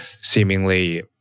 seemingly